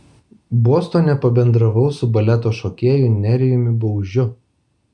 bostone pabendravau su baleto šokėju nerijumi baužiu